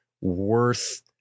worth